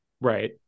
Right